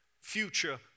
future